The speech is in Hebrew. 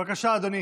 בבקשה, אדוני